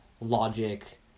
logic